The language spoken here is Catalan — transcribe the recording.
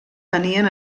tenien